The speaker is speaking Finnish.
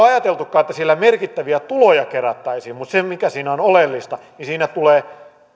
ajateltukaan että finanssimarkkinaverolla merkittäviä tuloja kerättäisiin mutta se siinä on oleellista että siinä